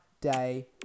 day